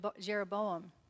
Jeroboam